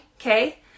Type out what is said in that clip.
okay